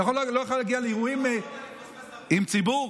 אתה יכול לא להגיע לאירועים עם ציבור?